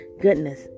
goodness